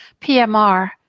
PMR